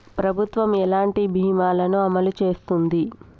ప్రభుత్వం ఎలాంటి బీమా ల ను అమలు చేస్తుంది?